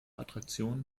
attraktion